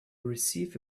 receive